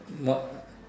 not